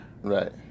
right